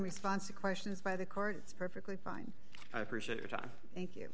response to questions by the court it's perfectly fine i appreciate your time thank you